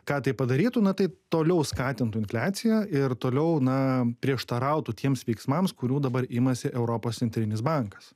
ką tai padarytų na tai toliau skatintų infliaciją ir toliau na prieštarautų tiems veiksmams kurių dabar imasi europos centrinis bankas